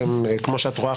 כמו שאת רואה,